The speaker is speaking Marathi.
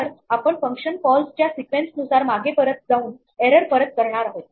तर आपण फंक्शन कॉल्ज़च्या सिक्वेन्स नुसार मागे परत जाऊन एरर परत करणार आहोत